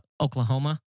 Oklahoma